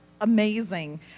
amazing